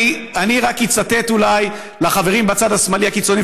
אני רק אולי אצטט לחברים בצד השמאלי הקיצוני,